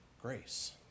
grace